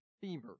fever